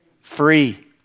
free